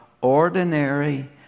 ordinary